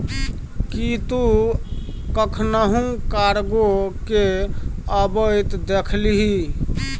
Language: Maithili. कि तु कखनहुँ कार्गो केँ अबैत देखलिही?